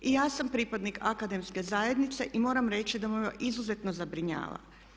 I ja sam pripadnik Akademske zajednice i moram reći da me ovo izuzetno zabrinjava.